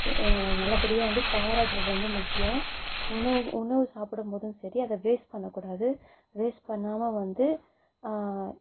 நல்லபடியாக வந்து பாராட்டுறது ரொம்ப முக்கியம் உணவு உணவு சாப்பிடும்போதும் சரி அதை வேஸ்ட் பண்ணக்கூடாது வேஸ்ட் பண்ணாமல் வந்து